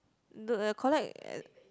d~ uh collect at